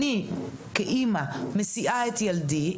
אני כאימא מסיעה את ילדי,